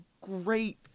great